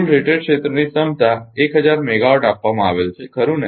કુલ rated ક્ષેત્રની ક્ષમતા 1000 megawatt આપવામાં આવેલ છે ખરુ ને